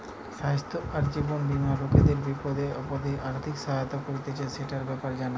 স্বাস্থ্য আর জীবন বীমা লোকদের বিপদে আপদে আর্থিক সাহায্য করতিছে, সেটার ব্যাপারে জানা